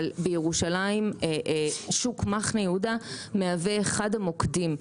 אבל בירושלים, שוק מחנה יהודה מהווה אחד המוקדים.